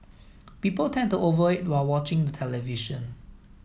people tend to over while watching the television